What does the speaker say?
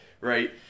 right